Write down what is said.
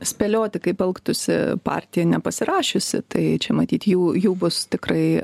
spėlioti kaip elgtųsi partija nepasirašiusi tai čia matyt jų jų bus tikrai